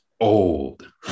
Old